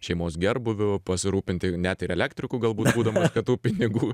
šeimos gerbūviu pasirūpinti net ir elektriku galbūt būdamas kad tų pinigų